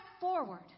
forward